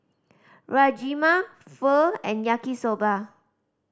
Rajma Pho and Yaki Soba